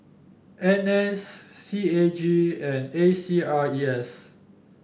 N S C A G and A C R E S